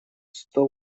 сто